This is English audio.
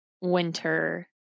winter